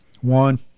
One